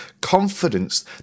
confidence